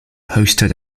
hosted